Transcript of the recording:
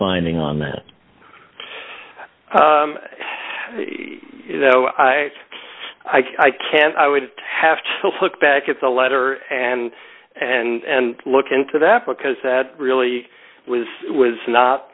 finding on that have you know i i can't i would have to look back at the letter and and look into that because that really was was not